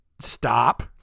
stop